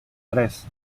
tres